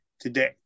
today